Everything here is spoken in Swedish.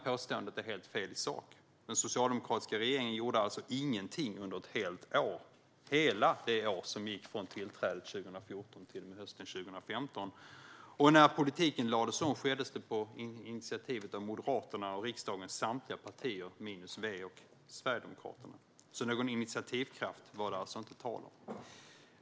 Påståendet är helt fel i sak - den socialdemokratiska regeringen gjorde alltså ingenting under ett helt år, det vill säga hela det år som gick mellan tillträdet 2014 och hösten 2015. När politiken lades om skedde det på initiativ av Moderaterna och riksdagens samtliga partier minus Vänsterpartiet och Sverigedemokraterna. Så någon initiativkraft var det alltså inte tal om.